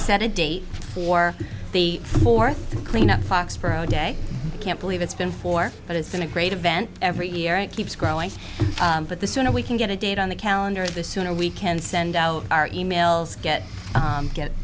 set a date for the fourth and clean up foxboro day i can't believe it's been four but it's been a great event every year it keeps growing but the sooner we can get a date on the calendar the sooner we can send out e mails get